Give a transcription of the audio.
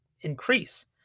increase